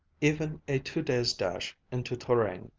even a two days' dash into touraine,